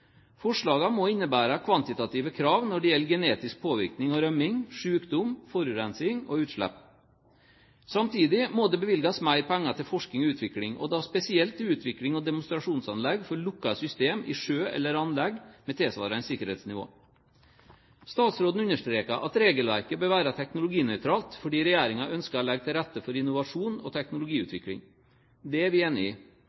må innebære kvantitative krav når det gjelder genetisk påvirkning og rømming, sykdom, forurensning og utslipp. Samtidig må det bevilges mer penger til forskning og utvikling, og da spesielt til utvikling og demonstrasjonsanlegg for lukkede systemer i sjø eller anlegg med tilsvarende sikkerhetsnivå. Statsråden understreket at regelverket bør være «teknologinøytralt», fordi regjeringen ønsker å legge til rette for innovasjon og teknologiutvikling. Det er vi enig i.